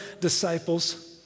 disciples